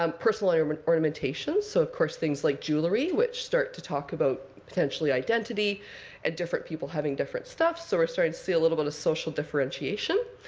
um personal and um and ornamentation so, of course, things like jewelry, which start to talk about potentially identity and different people having different stuff. so we're starting to see a little bit of social differentiation.